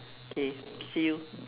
okay see you